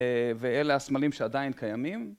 ואלה הסמלים שעדיין קיימים.